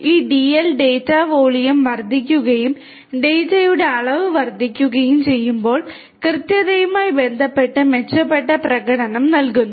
ഈ DL data volume വർദ്ധിക്കുകയും ഡാറ്റയുടെ അളവും വർദ്ധിക്കുകയും ചെയ്യുമ്പോൾ കൃത്യതയുമായി ബന്ധപ്പെട്ട് മെച്ചപ്പെട്ട പ്രകടനം നൽകുന്നു